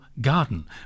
garden